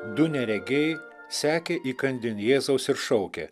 du neregiai sekė įkandin jėzaus ir šaukė